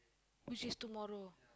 which is tomorrow